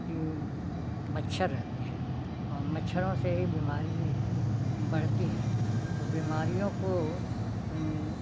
कि मच्छर रहते हैं और मच्छरों से ही बीमारी बढ़तीं हैं तो बीमारियों को